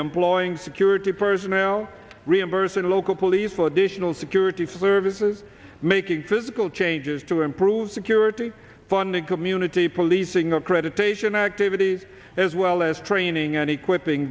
employing security personnel reimbursing local police for additional security services making physical changes to improve security funding community policing accreditation activity as well as training and equipping